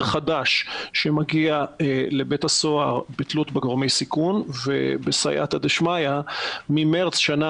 חדש שמגיע לבית הסוהר בתלות בגורמי סיכון ובסיעתא דשמיא ממרץ שנה